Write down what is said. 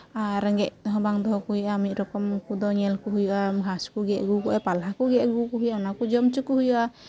ᱟᱨ ᱨᱮᱸᱜᱮᱡ ᱛᱮᱦᱚᱸ ᱵᱟᱝ ᱫᱚᱦᱚ ᱠᱚ ᱦᱩᱭᱩᱜᱼᱟ ᱢᱤᱫ ᱨᱚᱠᱚᱢ ᱩᱱᱠᱩ ᱫᱚ ᱧᱮᱞ ᱠᱚ ᱦᱩᱭᱩᱜᱼᱟ ᱜᱷᱟᱥ ᱠᱚᱜᱮ ᱟᱹᱜᱩ ᱠᱚ ᱦᱩᱭᱩᱜᱼᱟ ᱯᱟᱞᱦᱟ ᱠᱚᱜᱮ ᱟᱹᱜᱩ ᱠᱚ ᱦᱩᱭᱩᱜᱼᱟ ᱚᱱᱟ ᱠᱚ ᱡᱚᱢ ᱦᱚᱪᱚ ᱠᱚ ᱦᱩᱭᱩᱜᱼᱟ